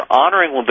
honoring